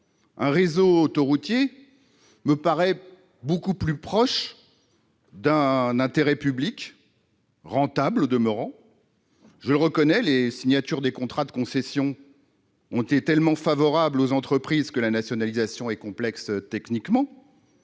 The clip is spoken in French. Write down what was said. un réseau autoroutier me paraît beaucoup plus proche de l'intérêt public, et, au demeurant, rentable. Je le reconnais, les signatures des contrats de concession ont été tellement favorables aux entreprises que la nationalisation est techniquement